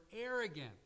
arrogant